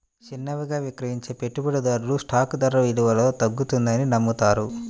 చిన్నవిగా విక్రయించే పెట్టుబడిదారులు స్టాక్ ధర విలువలో తగ్గుతుందని నమ్ముతారు